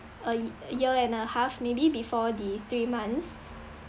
a year and a half maybe before the three months